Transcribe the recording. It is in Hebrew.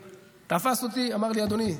עוד היו לו כל מיני עניינים,